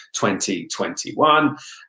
2021